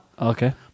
Okay